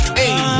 hey